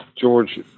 George